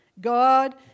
God